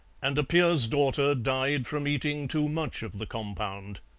and a peer's daughter died from eating too much of the compound.